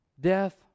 Death